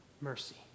mercy